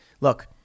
Look